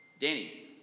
Danny